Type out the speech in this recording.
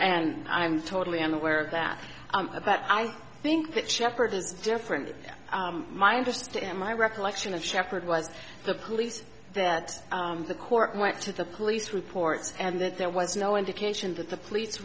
and i'm totally unaware of that about how i think that shepherd is different than my understand my recollection of sheppard was the police that the court went to the police reports and that there was no indication that the police